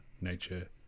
nature